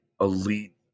elite